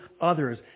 others